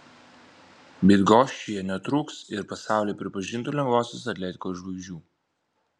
bydgoščiuje netrūks ir pasaulyje pripažintų lengvosios atletikos žvaigždžių